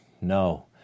No